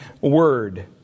word